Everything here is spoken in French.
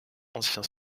ancien